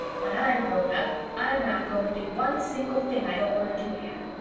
when i m grown up i'm not going to do one single thing i don't want to do, anne.